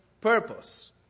purpose